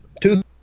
Two